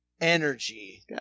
energy